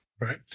right